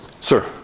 Sir